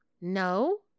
No